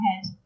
head